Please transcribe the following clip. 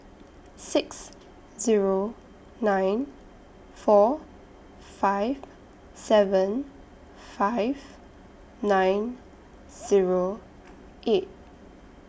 six Zero nine four five seven five nine Zero eight